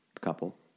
couple